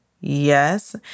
yes